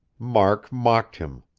mark mocked him.